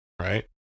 right